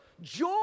Joy